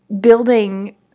building